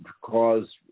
cause